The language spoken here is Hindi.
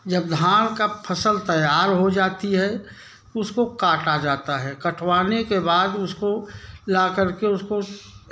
जब धान की फ़सल तैयार हो जाती है तो उसको काटा जाता है कटवाने के बाद उसको ला कर के उसको